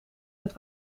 het